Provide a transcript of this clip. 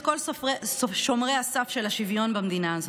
כל שומרי הסף של השוויון במדינה הזאת.